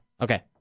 Okay